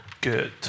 Good